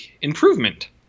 improvement